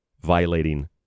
violating